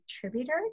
contributor